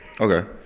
Okay